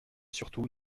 surtout